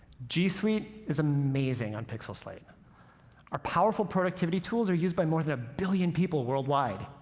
g suite is amazing on pixel slate. our powerful productivity tools are used by more than a billion people worldwide.